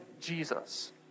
Jesus